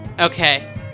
Okay